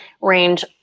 range